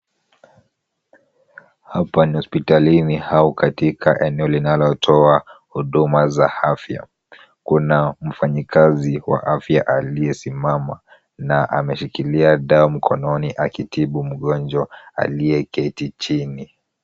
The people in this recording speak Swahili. Hapa ni hospitalini au katika eneo linalotoa huduma za afya. Kuna mfanyikazi wa afya aliyesimama na ameshikilia dawa mkononi akitibu mgonjwa aliyeketi chini.